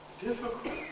difficult